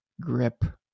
grip